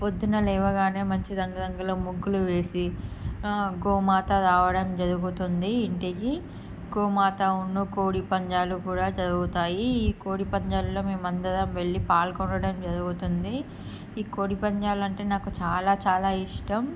పొద్దున లేవగానే మంచి రంగురంగుల ముగ్గులు వేసి గోమాత రావడం జరుగుతుంది ఇంటికి గోమాత ఉండు కోడిపందాలు కూడా జరుగుతాయి ఈ కోడిపందాలలో మేము అందరం వెళ్ళి పాల్గొనడం జరుగుతుంది ఈ కోడిపందాలు అంటే నాకు చాలా చాలా ఇష్టం